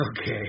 Okay